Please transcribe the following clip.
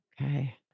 Okay